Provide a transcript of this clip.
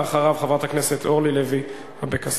ואחריו - חברת הכנסת אורלי לוי אבקסיס.